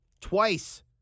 Twice